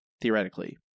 theoretically